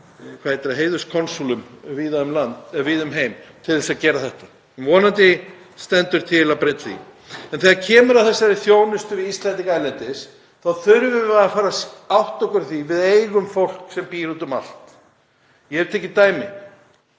við höfum á heiðurskonsúlum víða um heim til að gera þetta. Vonandi stendur til að breyta því. Þegar kemur að þessari þjónustu við Íslendinga erlendis þá þurfum við að fara að átta okkur á því að við eigum fólk sem býr úti um allt. Ég hef tekið dæmi,